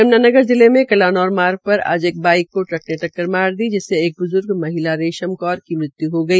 यम्नानगर जिले के कलानौर मार्ग पर आज एक बाड्रक को ट्रक ने टक्कर मार दी जिसमें एक बुजुर्ग महिला रेशम कौर की मृत्यु हो गई